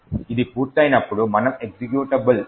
ఇది పూర్తయినప్పుడు మనము ఎక్జిక్యూటబుల్ a